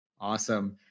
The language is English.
Awesome